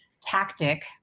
tactic